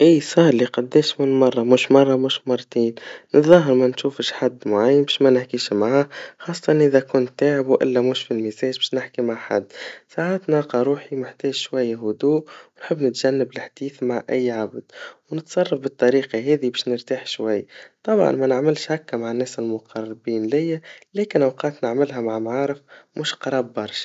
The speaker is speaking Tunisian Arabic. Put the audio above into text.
أي صارلي قديش من مرا مش مراومش مرتين, نتظاهر منشوفش حد معين باش منحكيش معاه, وخاصةً إذا كنت تاعب, وإلا مش في المزاج باش نحكي مع حد, ساعات نلقى روحي محتاج شوي هدوء, ونحب نتجنب الحديث مع أي عبد, ونتصرف بالطريقا هاذي باش نرتاح شوي, طبعاً منعملش هكا مع الناس المقربين ليا, لكن أوقات نعملها مع معارف مش قراب برشا.